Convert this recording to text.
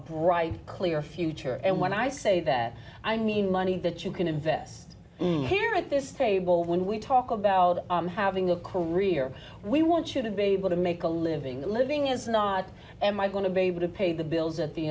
bright clear future and when i say that i mean money that you can invest here at this table when we talk about having a career we want you to be able to make a living a living is not am i going to be able to pay the bills at the